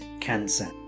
cancer